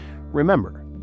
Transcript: Remember